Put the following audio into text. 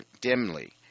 dimly